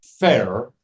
Fair